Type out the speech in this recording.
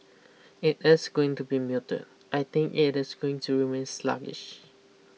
it is going to be muted I think it is going to remain sluggish